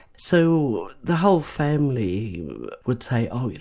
so the whole family would say oh yeah